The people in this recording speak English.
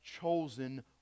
chosen